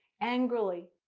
angrily.